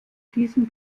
diesen